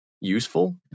useful